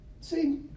See